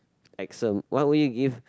accent why would you give